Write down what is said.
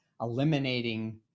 eliminating